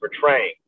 portraying